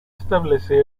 establecer